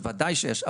בוודאי שיש.